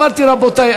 אמרתי: רבותי,